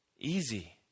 easy